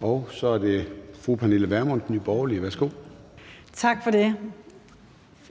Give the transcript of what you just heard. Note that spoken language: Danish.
Værsgo. Kl. 13:12 Pernille Vermund (NB): Tak for det.